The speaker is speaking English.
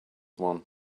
one